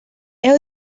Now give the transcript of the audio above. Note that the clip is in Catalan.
heu